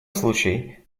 случай